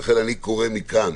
לכן אני קורא מכאן